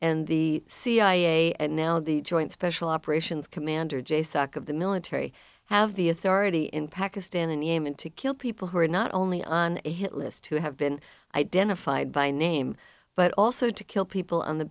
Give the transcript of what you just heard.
and the cia and now the joint special operations commander j sac of the military have the authority in pakistan and yemen to kill people who are not only on a hit list who have been identified by name but also to kill people on the